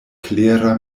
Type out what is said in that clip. klera